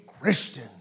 Christian